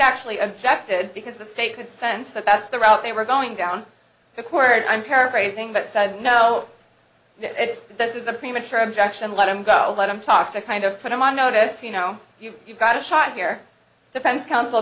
actually objected because the state could sense that that's the route they were going down the court i'm paraphrasing but said no it is this is a premature objection let him go let him talk to kind of put him on notice you know if you've got a shot here defense counsel